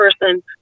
person